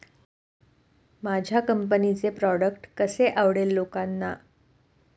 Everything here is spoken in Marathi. माझ्या कंपनीचे प्रॉडक्ट कसे आवडेल लोकांना?